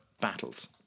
battles